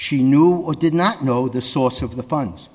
she knew or did not know the source of the funds